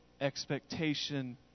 expectation